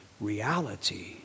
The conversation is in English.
reality